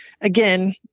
again